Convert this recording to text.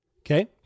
okay